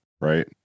right